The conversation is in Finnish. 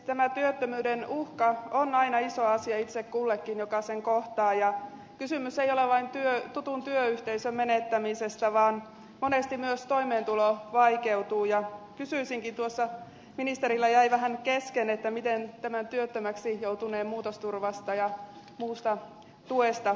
tämä työttömyyden uhka on aina iso asia itse kullekin joka sen kohtaa ja kysymys ei ole vain tutun työyhteisön menettämisestä vaan monesti myös toimeentulo vaikeutuu ja kysyisinkin tuossa ministerillä jäi vähän kesken miten tämän työttömäksi joutuneen muutosturvasta ja muusta tuesta huolehditaan